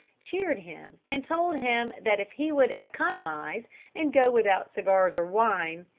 cheered him and told him that if he would economize and go without cigars or wine,